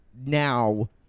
now